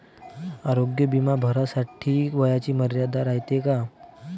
आरोग्य बिमा भरासाठी वयाची मर्यादा रायते काय?